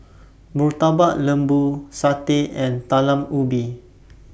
Murtabak Lembu Satay and Talam Ubi